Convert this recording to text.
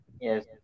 Yes